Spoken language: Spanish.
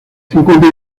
cincuenta